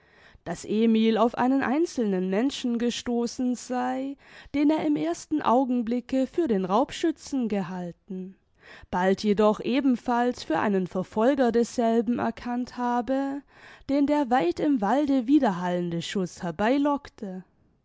daß emil auf einen einzelnen menschen gestoßen sei den er im ersten augenblicke für den raubschützen gehalten bald jedoch ebenfalls für einen verfolger desselben erkannt habe den der weit im walde widerhallende schuß